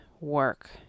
work